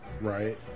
Right